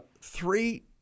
three